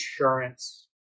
insurance